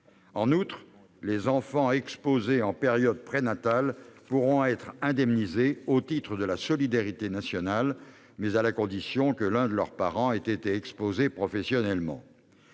En outre, les enfants exposés en période prénatale pourront être indemnisés au titre de la solidarité nationale, mais à la condition que l'un des parents ait été exposé professionnellement.